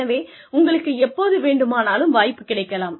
எனவே உங்களுக்கு எப்போது வேண்டுமானாலும் வாய்ப்பு கிடைக்கலாம்